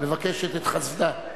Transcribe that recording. מבקשת את חסדה,